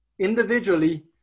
individually